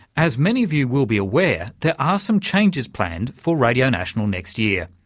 as many of you will be aware there are some changes planned for radio national next year,